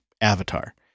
avatar